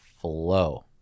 flow